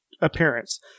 appearance